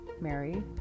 mary